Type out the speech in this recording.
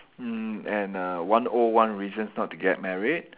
mm and uh one O one reasons not to get married